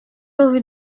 rue